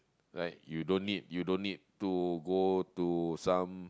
like you don't need you don't need to go to some